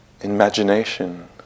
imagination